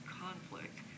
conflict